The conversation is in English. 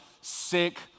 sick